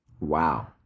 Wow